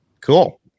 Cool